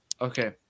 Okay